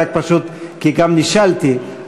רק פשוט כי גם נשאלתי.